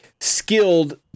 skilled